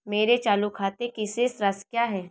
मेरे चालू खाते की शेष राशि क्या है?